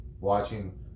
watching